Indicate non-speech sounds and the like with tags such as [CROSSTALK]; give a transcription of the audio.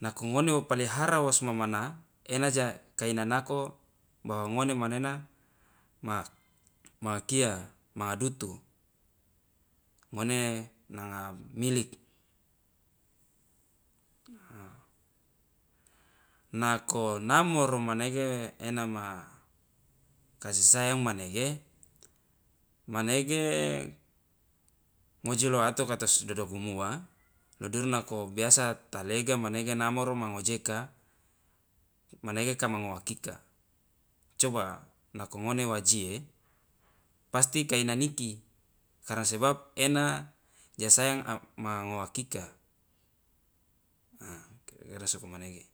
nako ngone wo palihara wos momana ena ja kainanako bahw angone manena ma ma kia ma dutu ngone nanga milik [HESITATION] nako namoro manege ena ma kasi sayang manege manege ngoji lo ato katosdodogumuwa lo duru nako biasa ta lega namoro manege ma ngoujeka manege kama ngoakika coba nako ngone wa jie pasti kai naniki karna sebab ena ja sayang a manga ngoakika a kira sokomanege.